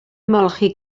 ymolchi